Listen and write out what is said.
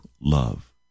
love